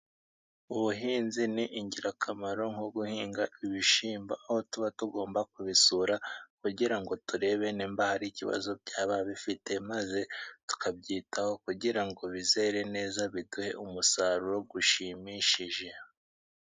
Ubuhinzi ni ingirakamaro nko guhinga ibishyimbo, aho tuba tugomba kubisura kugira ngo turebe niba hari ikibazo byaba bifite, maze tukabyitaho kugira ngo bizere neza biduhe umusaruro ushimishije.